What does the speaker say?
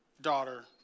daughter